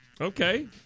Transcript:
Okay